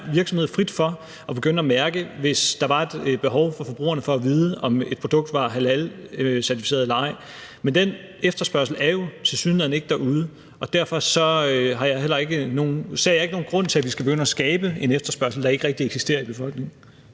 virksomhed frit for at begynde at mærke, hvis der er et behov fra forbrugerne for at vide, om et produkt er halalcertificeret eller ej. Men den efterspørgsel er der jo tilsyneladende ikke derude, og derfor ser jeg ikke nogen grund til, at vi skal begynde at skabe en efterspørgsel, der ikke rigtig eksisterer i befolkningen.